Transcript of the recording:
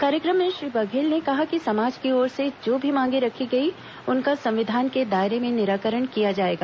कार्य क्र म में श्री बघेल ने कहा कि समाज की ओर से जो भी मांगे रखी गई उनका संविधान के दायरे में निराकरण किया जाएगा